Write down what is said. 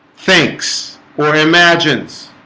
thinks or imagines